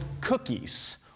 cookies